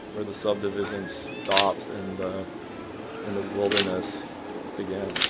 where the subdivision stops and the and the wilderness begins